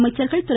அமைச்சர்கள் திரு